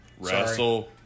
Wrestle